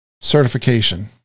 certification